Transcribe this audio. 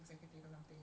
ya